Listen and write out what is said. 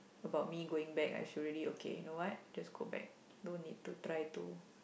about me going back I should already okay you know what just go back no need to try to